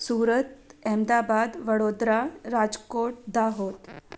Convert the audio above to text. Surat Ahmedabad Vadodara Rajkot Dahod